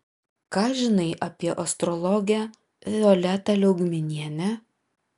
ką žinai apie astrologę violetą liaugminienę